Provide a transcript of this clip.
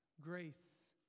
Grace